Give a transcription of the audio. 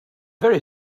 very